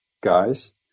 guys